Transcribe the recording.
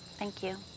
thank you.